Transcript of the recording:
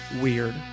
weird